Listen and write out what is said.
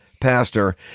pastor